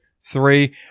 Three